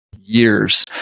years